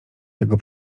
tego